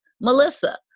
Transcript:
Melissa